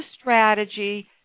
strategy